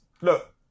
look